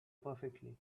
perfectly